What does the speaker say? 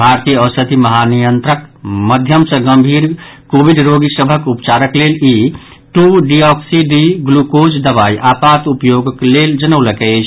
भारतीय औषधि महानियंत्रक मध्यम सँ गंभीर कोविड रोगी सभक उपचारक लेल ई टू डीऑक्सी डी ग्लुकोज दवाई आपात उपयोगक लेल जनौलक अछि